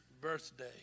birthday